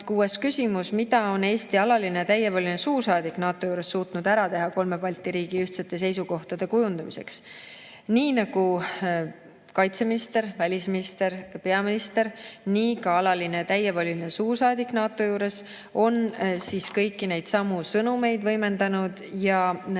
küsimus on, mida on Eesti alaline ja täievoliline suursaadik NATO juures suutnud ära teha kolme Balti riigi ühtsete seisukohtade kujundamiseks. Nii nagu kaitseminister, välisminister ja peaminister, on ka alaline ja täievoliline suursaadik NATO juures kõiki neid sõnumeid võimendanud ja